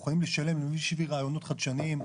מוכנים לשלם למי שיביא רעיונות חדשניים,